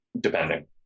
depending